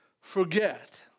forget